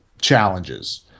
challenges